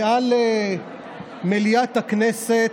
במליאת הכנסת,